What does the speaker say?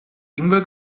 ingwer